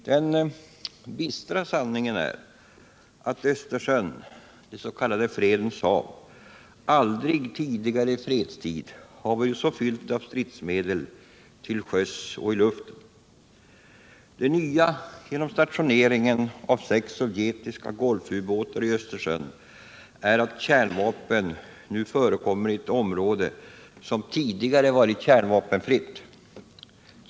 Den bistra sanningen är att Östersjön, det s.k. Fredens hav, aldrig tidigare i fredstid varit så fyllt av stridsmedel till sjöss och i luften. Det nya genom stationering av sex sovjetiska Golfubåtar i Östersjön är att kärnvapen nu förekommer i ett område som tidigare varit kärnvapenfritt.